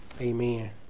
Amen